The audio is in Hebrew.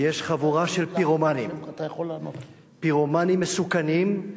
ויש חבורה של פירומנים, פירומנים מסוכנים,